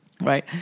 Right